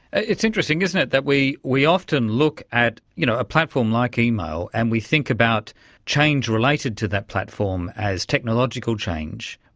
it's interesting, isn't it, that we we often look at you know a platform like email and we think about change related to that platform as technological change.